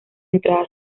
entrada